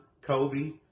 Kobe